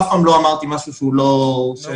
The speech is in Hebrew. אף פעם לא אמרתי משהו שהוא לא --- מעולה,